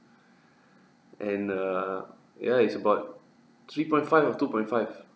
and err ya is about three point five or two point five